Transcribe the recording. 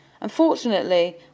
Unfortunately